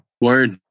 Word